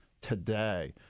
today